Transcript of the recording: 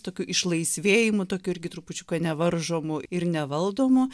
tokiu išlaisvėjimu tokiu irgi trupučiuką nevaržomu ir nevaldomu